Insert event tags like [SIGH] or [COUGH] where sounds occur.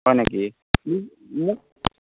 হয় নেকি [UNINTELLIGIBLE]